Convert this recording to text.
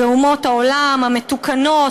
באומות העולם המתוקנות,